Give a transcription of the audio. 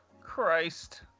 Christ